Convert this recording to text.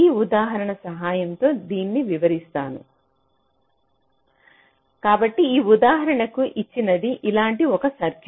ఒక ఉదాహరణ సహాయంతో దీనిని వివరిస్తాను కాబట్టి ఈ ఉదాహరణకు ఇచ్చినది ఇలాంటి ఒక సర్క్యూట్